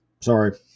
Sorry